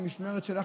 במשמרת שלך,